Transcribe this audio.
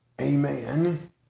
Amen